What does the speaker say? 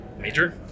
major